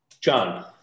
John